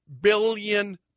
billion